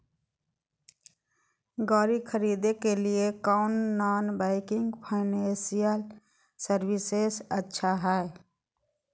गाड़ी खरीदे के लिए कौन नॉन बैंकिंग फाइनेंशियल सर्विसेज अच्छा है?